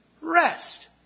Rest